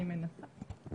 אני מנסה.